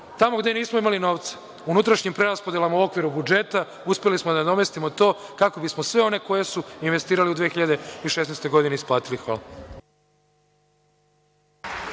Tamo gde nismo imali novca, unutrašnjim preraspodelama u okviru budžeta uspeli smo da nadomestimo to, kako bismo sve one koji su investirali u 2016. godini isplatili. Hvala.